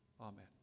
Amen